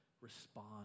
respond